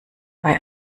bei